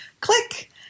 click